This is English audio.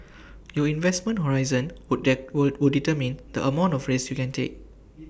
your investment horizon would were would determine the amount of risks you can take